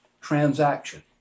transaction